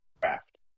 craft